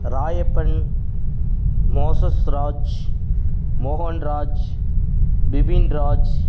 Rayappan Mosesraj Mohanraj Bibinraj